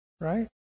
right